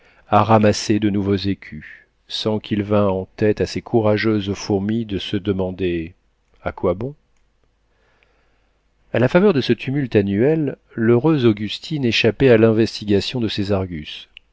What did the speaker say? à ramasser de nouveaux écus sans qu'il vînt en tête à ces courageuses fourmis de se demander a quoi bon a la faveur de ce tumulte annuel l'heureuse augustine échappait à l'investigation de ses argus